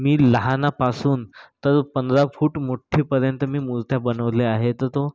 मी लहानापासून तर पंधरा फूट मोठीपर्यंत मी मूर्ती बनवल्या आहेत तर तो